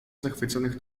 zachwyconych